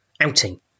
outing